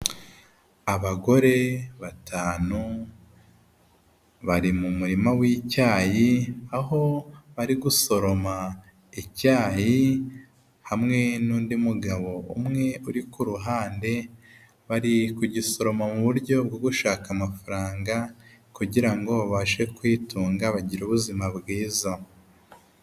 Abagore batanu bari mu murima w'icyayi aho bari gusoroma icyayi hamwe n'undi mugabo umwe uri kuhande bari kugisoroma muburyo bwo gushaka amafaranga kugira ngo babashe kwitunga bagire ubuzima bwiza.